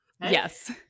Yes